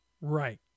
Right